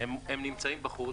הם נמצאים בחוץ.